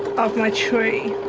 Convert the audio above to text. of my tree